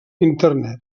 internet